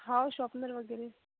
हो शॉपनर वगैरे